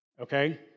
okay